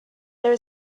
there